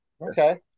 okay